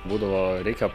būdavo reikia